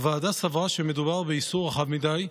הוועדה סברה שמדובר באיסור רחב מדי,